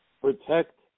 protect